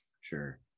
Sure